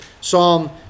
Psalm